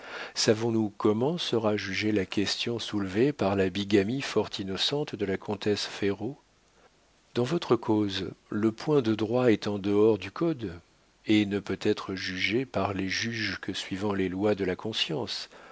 savons-nous comment sera jugée la question soulevée par la bigamie fort innocente de la comtesse ferraud dans votre cause le point de droit est en dehors du code et ne peut être jugé par les juges que suivant les lois de la conscience